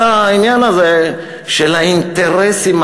אלא העניין הזה של האינטרסים,